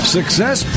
Success